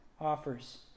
offers